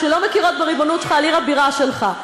שלא מכירות בריבונות שלך על עיר הבירה שלך,